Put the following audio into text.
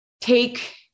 take